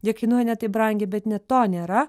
jie kainuoja ne taip brangiai bet net to nėra